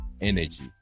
energy